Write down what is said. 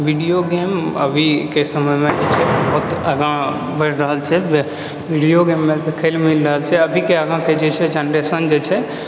video game अभीके समयमे जे छै बहुत आगाँ बढ़ि रहल छै जे वीडिओ गेममे देखैलए मिल रहल छै अभीके आगाँके जे छै जनरेशन जे छै